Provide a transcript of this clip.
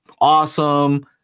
awesome